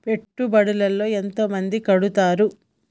పెట్టుబడుల లో ఎంత మంది కడుతరు?